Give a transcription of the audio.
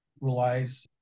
relies